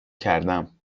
کردم